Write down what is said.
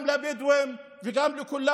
גם לבדואים וגם לכולם.